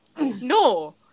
No